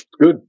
Good